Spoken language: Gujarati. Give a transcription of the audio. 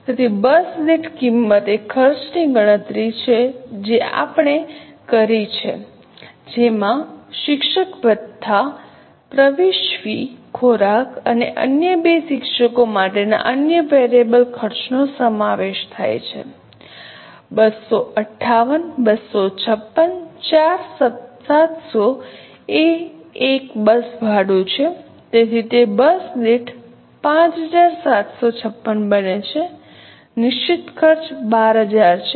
તેથી બસ દીઠ કિંમત એ એક ખર્ચની ગણતરી છે જે આપણે કરી છે જેમાં શિક્ષક ભથ્થા પ્રવેશ ફી ખોરાક અને અન્ય બે શિક્ષકો માટેના અન્ય વેરિયેબલ ખર્ચનો સમાવેશ થાય છે 258 256 4700 એ એક બસ ભાડુ છે તેથી તે બસ દીઠ 5756 બને છે નિશ્ચિત ખર્ચ 12000 છે